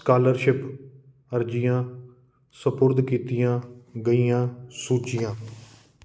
scholarship ਅਰਜ਼ੀਆਂ ਸਪੁਰਦ ਕੀਤੀਆਂ ਗਈਆਂ ਸੂਚੀਆਂ